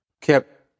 kept